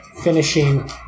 finishing